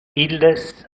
illes